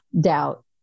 doubt